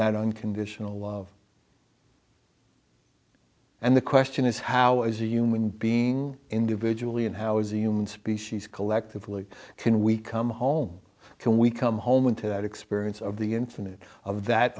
that unconditional love and the question is how as a human being individually and how is the human species collectively can we come home can we come home into that experience of the infinite of that